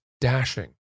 dashing